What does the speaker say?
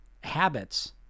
habits